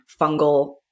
fungal